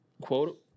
Quote